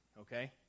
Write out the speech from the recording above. okay